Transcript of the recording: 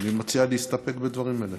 אני מציע להסתפק בדברים האלה.